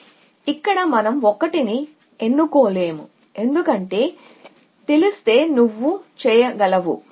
కాబట్టి ఇక్కడ మనం 1 ని ఎన్నుకోలేము ఎందుకంటే తెలిస్తే నువ్వు చేయగలవు